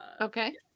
Okay